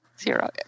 Zero